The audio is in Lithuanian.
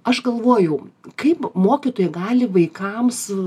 aš galvojau kaip mokytojai gali vaikams